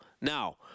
Now